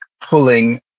pulling